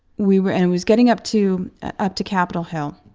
we were and it was getting up to up to capitol hill.